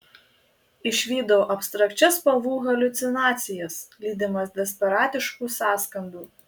išvydau abstrakčias spalvų haliucinacijas lydimas desperatiškų sąskambių